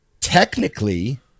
technically